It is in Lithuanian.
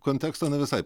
konteksto ne visai